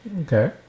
Okay